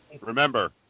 Remember